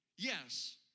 Yes